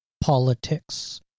politics